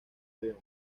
avión